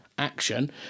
action